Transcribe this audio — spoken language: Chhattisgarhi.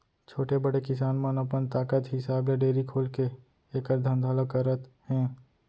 छोटे, बड़े किसान मन अपन ताकत हिसाब ले डेयरी खोलके एकर धंधा ल करत हें